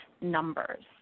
numbers